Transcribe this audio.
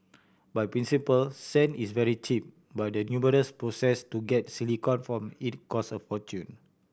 by principle sand is very cheap but the numerous process to get silicon from it cost a fortune